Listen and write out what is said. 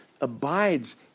abides